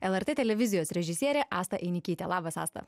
lrt televizijos režisierė asta einikytė labas asta